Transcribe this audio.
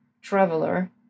traveler